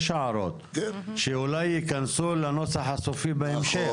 יש הערות שאולי ייכנסו לנוסח הסופי בהמשך.